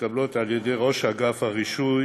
מתקבלות על-ידי ראש אגף הרישוי